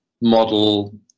model